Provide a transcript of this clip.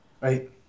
Right